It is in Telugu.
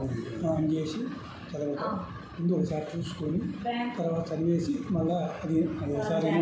భారతదేశంలో కొన్ని పన్నులు కేంద్ర ప్రభుత్వం విధిస్తే మరికొన్ని రాష్ట్ర ప్రభుత్వం విధిస్తుంది